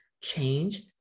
change